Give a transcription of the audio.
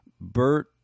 Bert